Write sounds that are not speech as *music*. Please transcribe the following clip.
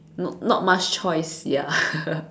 not not much choice ya *laughs*